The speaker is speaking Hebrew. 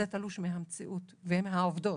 זה תלוש מהמציאות ומהעובדות.